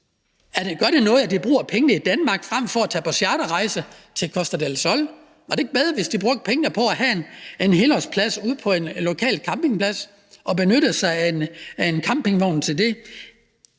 Gør det noget, at de bruger pengene i Danmark frem for at tage på charterrejse til Costa del Sol? Var det ikke bedre, hvis de brugte pengene på at have en helårsplads ude på en lokal campingplads og benyttede sig af en campingvogn til det?